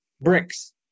bricks